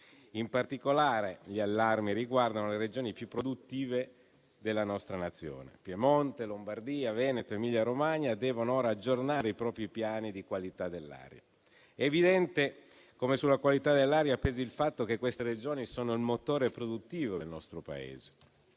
In particolare, gli allarmi riguardano le Regioni più produttive della nostra Nazione: Piemonte, Lombardia, Veneto ed Emilia Romagna devono ora aggiornare i propri piani di qualità dell'aria. È evidente come sulla qualità dell'aria pesi il fatto che queste Regioni sono il motore produttivo del nostro Paese.